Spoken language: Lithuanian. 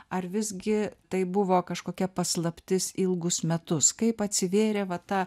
ar visgi tai buvo kažkokia paslaptis ilgus metus kaip atsivėrė va ta